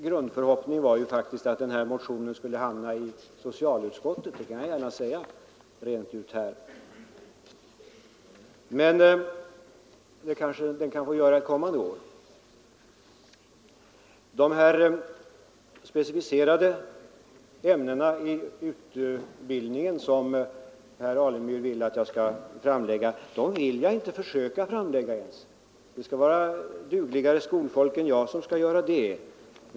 Min förhoppning var — det kan jag säga rent ut här — att denna motion skulle hamna i socialutskottet, men det kanske den kan få göra ett kommande år. Herr Alemyr ville att jag skulle specificera vilka ämnen det här skulle gälla, men det vill jag inte ens försöka göra — det bör vara kunnigare skolfolk än jag som skall göra det.